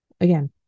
again